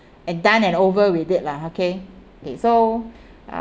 and done and over with it lah okay okay so